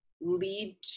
lead